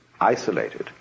isolated